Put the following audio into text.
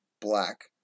black